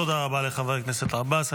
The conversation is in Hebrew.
תודה רבה לחבר הכנסת עבאס.